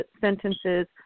sentences